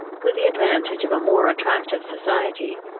with the advantage of a more attractive society,